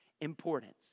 importance